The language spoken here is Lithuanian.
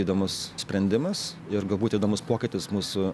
įdomus sprendimas ir galbūt įdomus pokytis mūsų